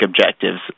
objectives